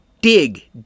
dig